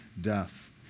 death